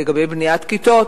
לגבי בניית כיתות,